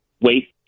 wait